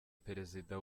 perezida